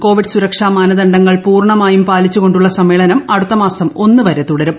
Covid സുരക്ഷാ മാനദണ്ഡങ്ങൾ പൂർണ്ണമായും പാലിച്ചു കൊണ്ടുള്ള സമ്മേളനം അടുത്തമാസം ഒന്ന് വരെ തുടരും